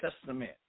Testament